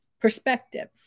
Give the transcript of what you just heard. perspective